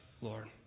Lord